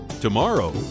Tomorrow